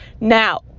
Now